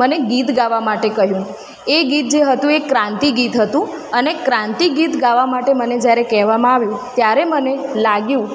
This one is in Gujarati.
મને ગીત ગાવા માટે કહ્યું એ ગીત જે હતું એ જે ક્રાંતિ ગીત હતું અને ક્રાંતિ ગીત ગાવા માટે મને જયારે કહેવામાં આવ્યું ત્યારે મને લાગ્યું